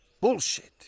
bullshit